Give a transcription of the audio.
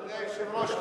אדוני היושב-ראש,